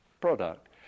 Product